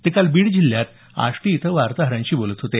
ते काल बीड जिल्ह्यात आष्टी इथं वार्ताहरांशी बोलत होते